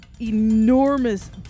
enormous